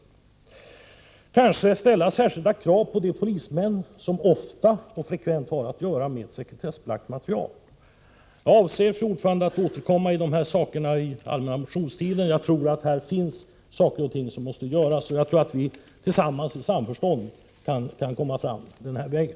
Eventuellt måste man ställa speciella krav på de polismän som i särskilt stor utsträckning har att göra med sådant material. Jag avser, fru talman, att återkomma till de här sakerna under den allmänna motionstiden. Jag anser att någonting måste göras, och jag tror att vi i samförstånd kan komma fram den här vägen.